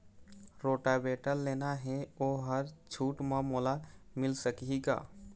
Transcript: Rotavator लेना हे ओहर छूट म मोला मिल सकही का?